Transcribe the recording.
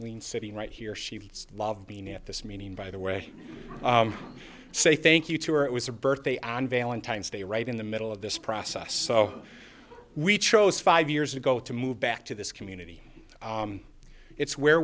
lean sitting right here she loved being at this meeting by the way say thank you to her it was her birthday on valentine's day right in the middle of this process so we chose five years ago to move back to this community it's where